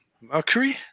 Mercury